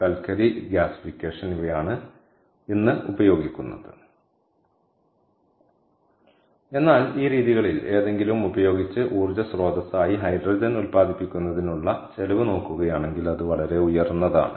കൽക്കരി ഗ്യാസിഫിക്കേഷൻ ഇവയാണ് ഇന്ന് ഉപയോഗിക്കുന്നത് എന്നാൽ ഈ രീതികളിൽ ഏതെങ്കിലും ഉപയോഗിച്ച് ഊർജ്ജ സ്രോതസ്സായി ഹൈഡ്രജൻ ഉൽപ്പാദിപ്പിക്കുന്നതിനുള്ള ചെലവ് നോക്കുകയാണെങ്കിൽ അത് വളരെ ഉയർന്നതാണ്